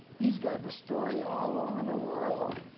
he's got the story all over the world.